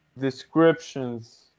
descriptions